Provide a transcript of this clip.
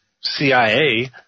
CIA